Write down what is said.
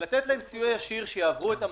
לתת להם סיוע ישיר שיעברו את המשבר.